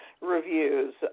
reviews